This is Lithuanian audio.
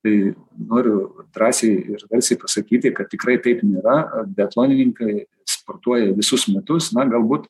tai noriu drąsiai ir garsiai pasakyti kad tikrai taip nėra biatlonininkai sportuoja visus metus na galbūt